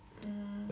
uh